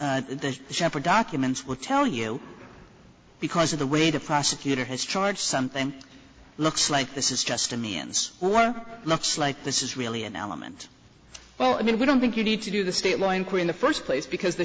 p the shepherd documents will tell you because of the way the prosecutor has charge something looks like this is just a man's world looks like this is really an element well i mean we don't think you need to do the state law including the first place because the